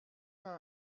cents